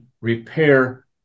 repair